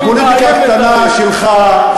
הפוליטיקה הקטנה שלך,